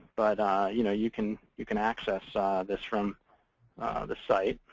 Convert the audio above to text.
but you know you can you can access this from the site.